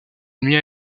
admis